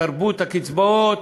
תרבות הקצבאות,